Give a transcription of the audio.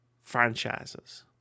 franchises